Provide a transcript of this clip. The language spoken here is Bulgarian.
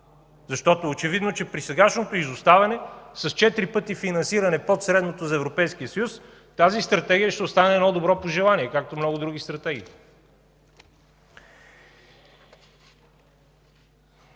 съюз. Очевидно, че при сегашното изоставане с четири пъти финансиране под средното за Европейския съюз тази Стратегия ще остане добро пожелание, както много други стратегии.